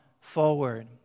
forward